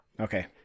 Okay